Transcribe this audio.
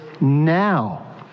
now